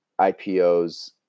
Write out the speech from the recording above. ipos